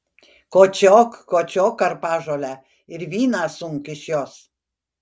kočiok kočiok karpažolę ir vyną sunk iš jos